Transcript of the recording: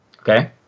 Okay